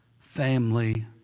family